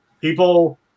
People